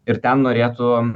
ir ten norėtų